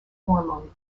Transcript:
hormone